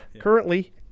currently